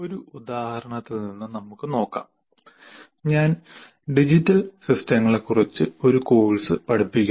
ഒരു ഉദാഹരണത്തിൽ നിന്ന് നമുക്ക് നോക്കാം ഞാൻ ഡിജിറ്റൽ സിസ്റ്റങ്ങളെക്കുറിച്ച് ഒരു കോഴ്സ് പഠിപ്പിക്കുന്നു